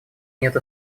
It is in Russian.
нет